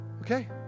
Okay